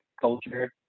culture